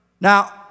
Now